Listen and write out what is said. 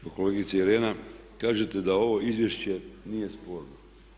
Pa kolegice Irena kažete da ovo izvješće nije sporno.